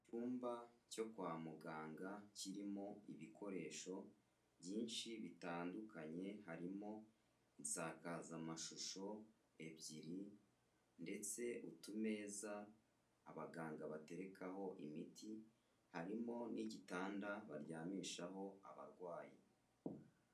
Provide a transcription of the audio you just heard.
Icyumba cyo kwa muganga kirimo ibikoresho byinshi bitandukanye, harimo insakazamashusho ebyiri, ndetse utumeza abaganga baterekaho imiti harimo n'igitanda baryamishaho abarwayi.